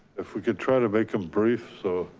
if we could try to make them brief so